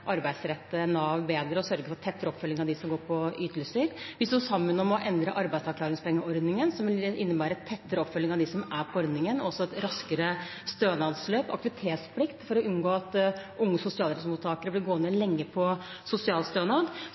arbeidsrette Nav bedre og sørge for tettere oppfølging av dem som går på ytelser. Vi sto sammen om å endre arbeidsavklaringspengeordningen, som ville innebære tettere oppfølging av dem som er i ordningen, et raskere stønadsløp og også aktivitetsplikt for å unngå at unge sosialhjelpsmottakere blir gående lenge på